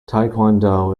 taekwondo